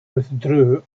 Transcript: withdrew